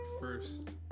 first